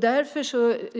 Därför